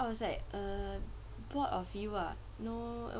so I was like uh bored of you ah no